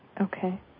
Okay